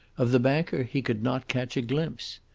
of the banker he could not catch a glimpse.